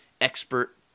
expert